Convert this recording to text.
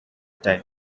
time